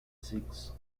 sikhs